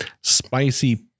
spicy